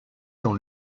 dans